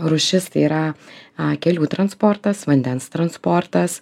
rūšis tai yra a kelių transportas vandens transportas